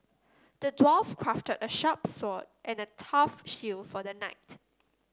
the dwarf crafted a sharp sword and a tough shields for the knight